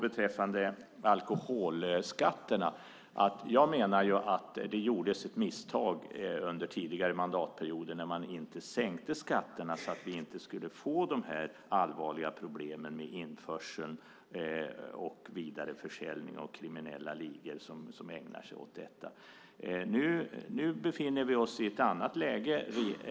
Beträffande alkoholskatterna menar jag att det gjordes ett misstag under tidigare mandatperioder när man inte sänkte skatterna så att vi inte skulle få de allvarliga problemen med införsel och vidareförsäljning utförd av kriminella ligor som ägnar sig åt detta. Nu befinner vi oss i ett annat läge.